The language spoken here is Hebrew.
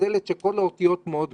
מגדלת שכל האותיות מאוד גדולות,